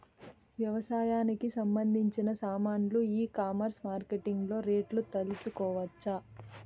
వ్యవసాయానికి సంబంధించిన సామాన్లు ఈ కామర్స్ మార్కెటింగ్ లో రేట్లు తెలుసుకోవచ్చా?